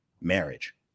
marriage